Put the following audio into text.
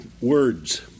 words